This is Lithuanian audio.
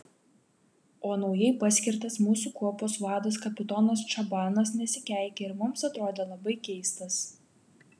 o naujai paskirtas mūsų kuopos vadas kapitonas čabanas nesikeikė ir mums atrodė labai keistas